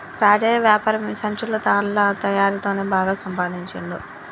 రాజయ్య వ్యాపారం ఈ సంచులు తాళ్ల తయారీ తోనే బాగా సంపాదించుండు